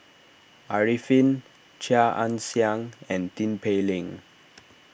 Arifin Chia Ann Siang and Tin Pei Ling